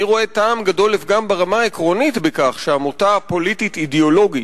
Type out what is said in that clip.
אני רואה טעם גדול לפגם ברמה העקרונית בכך שעמותה פוליטית אידיאולוגית,